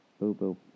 boo-boo